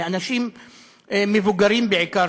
אנשים מבוגרים בעיקר,